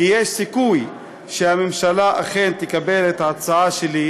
כי יש סיכוי שהממשלה אכן תקבל את ההצעה שלי,